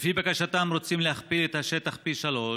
לפי בקשתם, רוצים להכפיל את השטח פי שלושה,